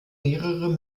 mehrere